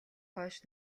хойш